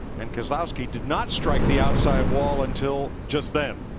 and keslowski did not strike the outside wall until just then.